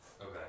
Okay